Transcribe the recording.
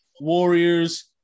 Warriors